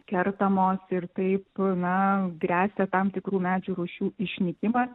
kertamos ir taip na gresia tam tikrų medžių rūšių išnykimas